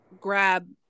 grab